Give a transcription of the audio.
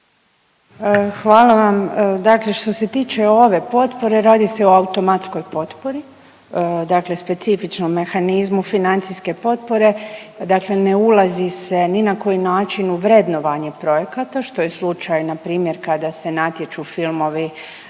Hvala vam. Dakle, što se tiče ove potpore radi se o automatskoj potpori, dakle specifičnom mehanizmu financijske potpore. Dakle, ne ulazi se ni na koji način u vrednovanje projekata što je slučaj na primjer kada se natječu filmovi